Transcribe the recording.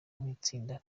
nk’itsinda